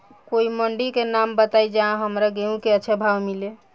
कोई मंडी के नाम बताई जहां हमरा गेहूं के अच्छा भाव मिले?